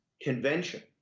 convention